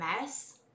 mess